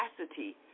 capacity